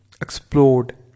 explode